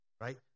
right